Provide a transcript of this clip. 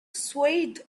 swayed